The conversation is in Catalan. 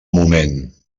moment